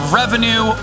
revenue